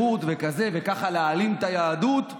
הכשרות וכזה וככה להעלים את היהדות.